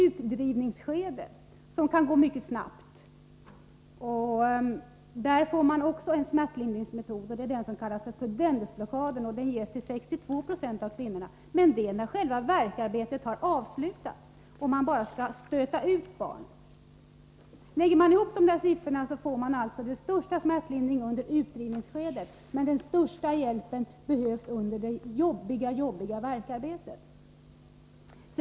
Utdrivningsskedet kan gå mycket snabbt, och där används den smärtlindringsmetod som kallas pudendusblockad. Den ges till 62 20 av kvinnorna. Men det är när själva värkarbetet har avslutats och man bara skall stöta ut barnet. Om man lägger ihop dessa siffror finner man att den största smärtlindringen sker under utdrivningsskedet, medan den största hjälpen behövs under det jobbiga värkarbetet.